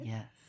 Yes